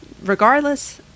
regardless